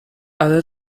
ale